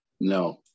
no